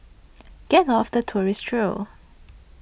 get off the tourist trail